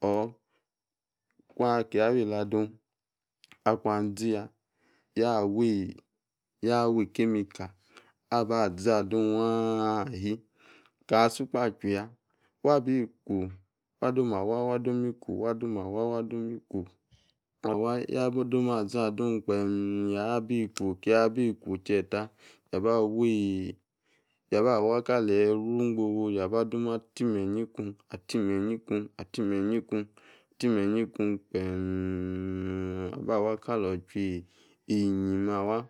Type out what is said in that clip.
or akia wuyela adun akun aziya, ya wii chemical aba za dun waa ahi. Ka sugba ajuya wabi ku, wa doma wa wa domi kuva wa yoma za dun gbem ya bi ku. Kia bi ku cheta, yabi wii ni kale̱ iru igbofu. Yaba dom ati me̱nyi ikun ati meyi ikun, ati me̱yi ikun gbemmm aba wa kali ochua enyi me̱ awa.